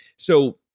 so,